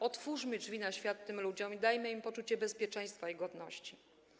Otwórzmy drzwi na świat tym ludziom i dajmy im poczucie bezpieczeństwa i godności.